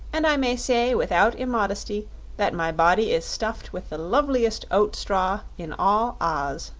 and i may say without immodesty that my body is stuffed with the loveliest oat-straw in all oz.